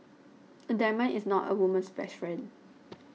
a diamond is not a woman's best friend